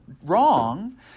Wrong